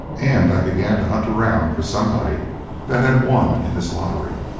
and i began to hunt around for somebody that had won in this lottery.